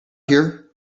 here